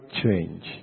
change